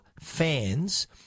fans